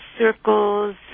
circles